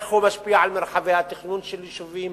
איך הוא משפיע על מרחבי התכנון של יישובים